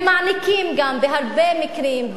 הם מעניקים גם בהרבה מקרים,